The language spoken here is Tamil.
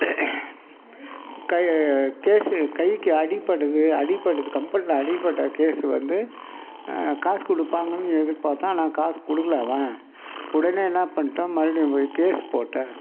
கை கேஸு கைக்கு அடிப்பட்டது அடிபட்டதுக்கு கம்பெனியில் அடிப்பட்ட கேஸு வந்து காசு கொடுப்பாங்கனு எதிர் பார்த்தோம் ஆனால் காசு கொடுக்கல அதான் உடனே என்ன பண்ணிட்டோம் மறுபடியும் போய் கேஸ் போட்டேன்